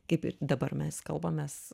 kaip ir dabar mes kalbamės